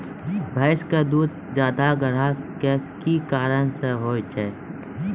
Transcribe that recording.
भैंस के दूध ज्यादा गाढ़ा के कि कारण से होय छै?